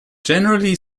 generally